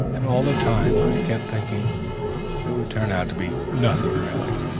and all the time i kept thinking it would turn out to be nothing really,